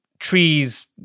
Trees